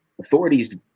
Authorities